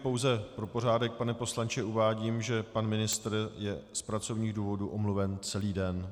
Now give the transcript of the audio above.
Pouze pro pořádek, pane poslanče, uvádím, že pan ministr je z pracovních důvodů omluven celý den.